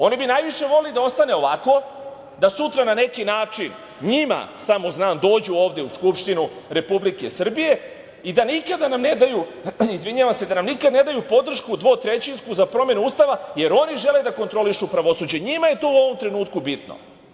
Oni bi najviše voleli da ostane ovako, da sutra na neki način njima samo znan, dođu ovde u Skupštinu Republike Srbije i da nam nikada ne daju podršku dvotrećinsku za promenu Ustava, jer oni žele da kontrolišu pravosuđe, njima je to u ovom trenutku bitno.